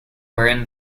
wherein